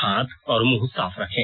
हाथ और मुंह साफ रखें